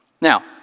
Now